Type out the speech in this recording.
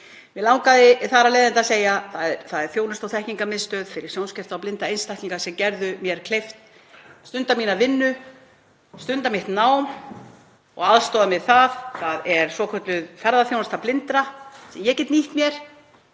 Mig langaði þar af leiðandi að segja: Það er Þjónustu- og þekkingarmiðstöð fyrir sjónskerta og blinda einstaklinga sem gerði mér kleift að stunda mína vinnu, stunda mitt nám og aðstoðaði mig við það. Svo er það svokölluð ferðaþjónusta blindra sem ég get nýtt mér